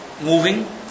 moving